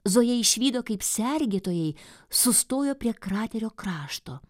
zoja išvydo kaip sergėtojai sustojo prie kraterio krašto